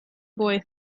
boy